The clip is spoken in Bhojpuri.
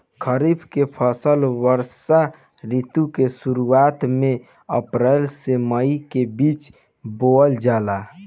खरीफ के फसल वर्षा ऋतु के शुरुआत में अप्रैल से मई के बीच बोअल जाला